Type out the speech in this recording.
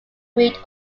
greed